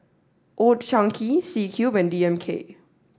old Chang Kee C Cube and D M K